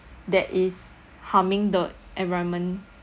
that is harming the environment